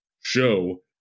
show